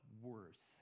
worse